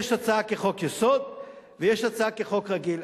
יש הצעה כחוק-יסוד ויש הצעה כחוק רגיל.